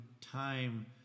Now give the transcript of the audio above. time